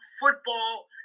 football